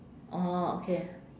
orh okay